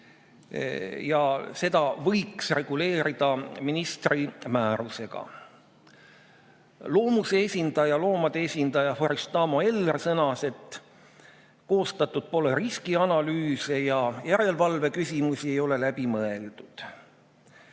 ja seda võiks reguleerida ministri määrusega. Loomuse ja loomade esindaja Farištamo Eller sõnas, et koostatud pole riskianalüüse ja järelevalveküsimusi ei ole läbi mõeldud.